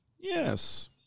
Yes